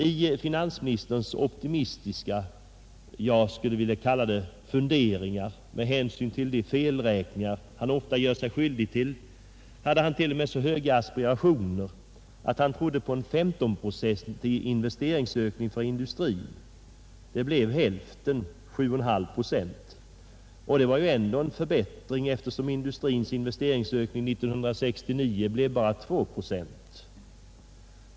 I finansministerns optimistiska funderingar — jag vill kalla det så med hänsyn till de felräkningar han ofta gör sig skyldig till — hade han t.o.m. så höga aspirationer att han trodde på en 15-procentig investeringsökning för industrin. Det blev hälften, alltså 7,5 procent. Och det var ändå en förbättring, eftersom industrins investeringsökning 1969 bara blev 2 procent.